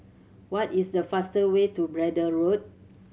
what is the fast way to Braddell Road